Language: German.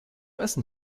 essen